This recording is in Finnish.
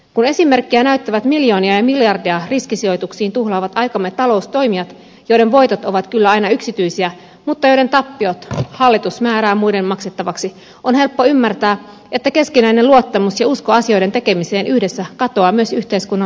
kun esimerkkiä näyttävät miljoonia ja miljardeja riskisijoituksiin tuhlaavat aikamme taloustoimijat joiden voitot ovat kyllä aina yksityisiä mutta joiden tappiot hallitus määrää muiden maksettavaksi on helppo ymmärtää että keskinäinen luottamus ja usko asioiden tekemiseen yhdessä katoaa myös yhteiskunnan laajoista riveistä